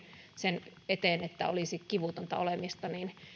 sen eteen että olisi kivutonta olemista